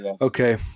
Okay